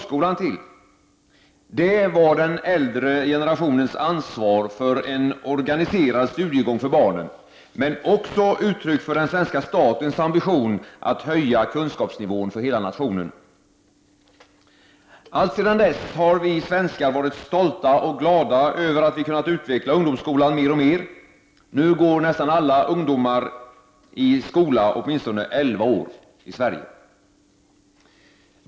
Den var ett uttryck för den äldre generationens ansvar för en organiserad studiegång för barnen, men också uttryck för den svenska statens ambition att höja kunskapsnivån för hela nationen. Alltsedan dess har vi svenskar varit stolta och glada över att vi kunnat utveckla ungdomsskolan mer och mer. Nu går nästan alla svenska ungdomar i skola åtminstone elva år.